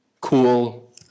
cool